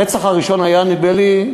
הרצח הראשון היה, נדמה לי,